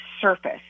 surface